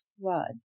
flood